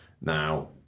Now